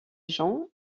jean